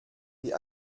wie